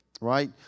right